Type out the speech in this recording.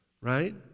right